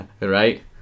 right